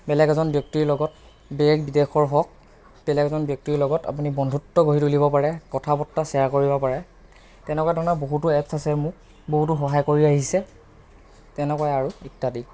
বেলেগ এজন ব্য়ক্তিৰ লগত দেশ বিদেশৰ হওক বেলেগ এজন ব্য়ক্তিৰ লগত আপুনি বন্ধুত্ব গঢ়ি তুলিব পাৰে কথা বৰ্তা শ্বেয়াৰ কৰিব পাৰে তেনেকুৱা ধৰণৰ বহুতো এপচ আছে মোক বহুতো সহায় কৰি আহিছে তেনেকুৱাই আৰু ইত্য়াদি